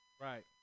right